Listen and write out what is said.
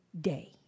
day